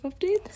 updates